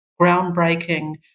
groundbreaking